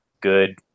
good